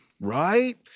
Right